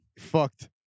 Fucked